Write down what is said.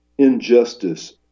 injustice